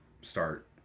start